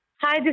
Hi